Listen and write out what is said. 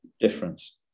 Difference